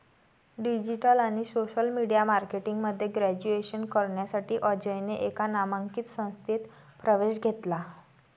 digital आणि social media marketing मध्ये graduation करण्यासाठी अजयने एका नामांकित संस्थेत प्रवेश घेतला